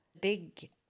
big